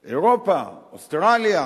אירופה, אוסטרליה,